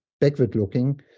backward-looking